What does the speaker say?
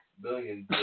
Billions